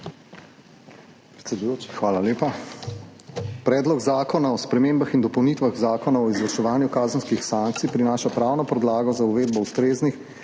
hvala lepa. Predlog zakona o spremembah in dopolnitvah Zakona o izvrševanju kazenskih sankcij prinaša pravno podlago za uvedbo ustreznih